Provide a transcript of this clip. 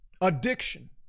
addiction